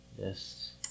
Yes